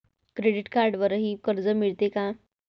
Credit कार्डवरही कर्ज मिळते का?